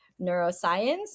neuroscience